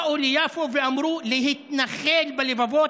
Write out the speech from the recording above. אנשים באו ליפו ואמרו: להתנחל בלבבות,